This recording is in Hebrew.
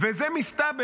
וזה, מסתבר